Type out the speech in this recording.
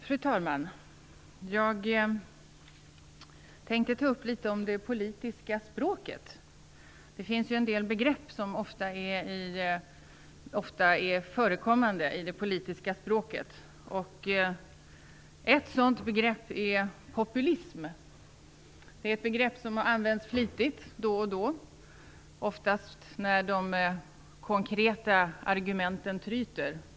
Fru talman! Jag tänker ta upp litet om det politiska språket. Det finns en del begrepp som är ofta förekommande i det politiska språket. Ett sådant begrepp är "populism". Det är ett begrepp som har använts flitigt då och då - oftast när de konkreta argumenten tryter.